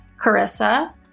Carissa